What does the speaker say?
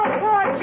poor